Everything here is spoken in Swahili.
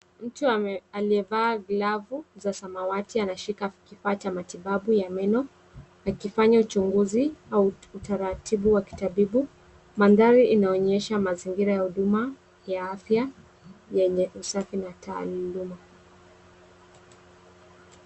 Mtu aliyevaa glavu za samawati anashika kifaa cha matibabu ya meno, akifanya uchunguzi au utaratibu wa kitabibu. Mandhari inaonyesha mazingira ya huduma ya afya yenye usafi na utaalamu.